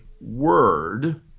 word